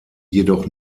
jedoch